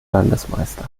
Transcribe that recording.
landesmeister